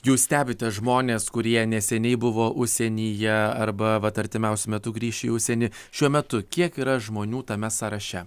jūs stebite žmones kurie neseniai buvo užsienyje arba vat artimiausiu metu grįš į užsienį šiuo metu kiek yra žmonių tame sąraše